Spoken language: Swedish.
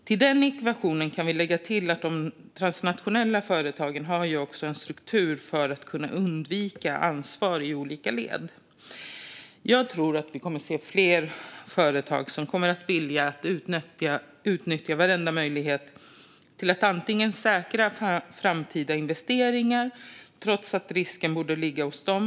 Till den ekvationen kan vi lägga att de transnationella företagen har en struktur för att kunna undvika ansvar i olika led. Jag tror att vi kommer att se fler företag som kommer att vilja utnyttja varenda möjlighet till att säkra framtida investeringar, trots att risken borde ligga hos dem.